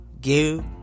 give